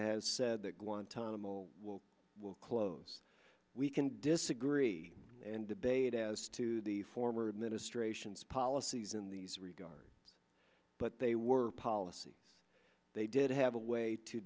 has said that guantanamo will close we can disagree and debate as to the former administration's policies in these regards but they were policy they did have a way to